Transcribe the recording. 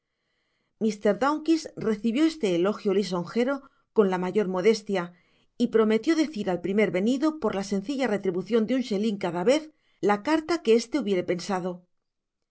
mr dawkins recibió este elogio lisongero con la mayor modestia y prometió decir al primer venido por la sencilla retribucion de un sheling cada vez la carta que éste hubiere pensado